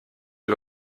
you